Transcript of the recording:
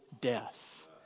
death